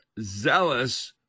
zealous